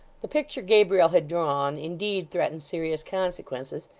the picture gabriel had drawn, indeed, threatened serious consequences,